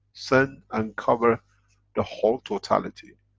send and cover the whole totality.